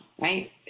right